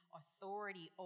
authority